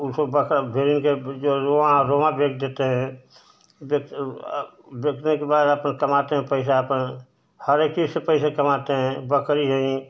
उसको बकरा भेड़िन के रोआँ रोआँ बेच देते हैं बेच बेचने के बाद अपना कमाते हैं पैसा अपना हर एक चीज़ से पैसे कमाते हैं बकरी है